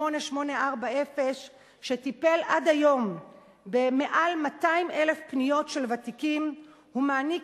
8840* שטיפל עד היום במעל 200,000 פניות של ותיקים ומעניק